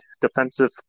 defensive